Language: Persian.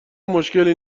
مشکلی